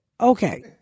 Okay